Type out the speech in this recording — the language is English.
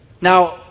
Now